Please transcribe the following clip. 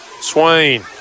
Swain